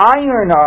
iron